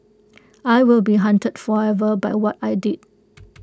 I will be haunted forever by what I did